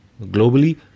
Globally